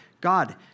God